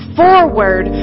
forward